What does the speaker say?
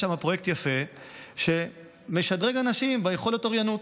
יש שם פרויקט יפה שמשדרג אנשים ביכולת האוריינות,